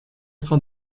train